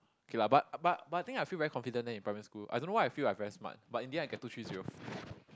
okay lah but but but I think I feel very confident leh in primary school I don't know why I feel like I very smart but in the end I get two three zero